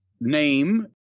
name